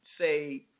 say